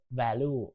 value